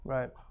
Right